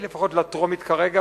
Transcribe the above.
לפחות לטרומית כרגע.